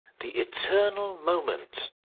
the eternal moment!